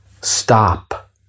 Stop